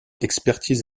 expertise